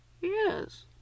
yes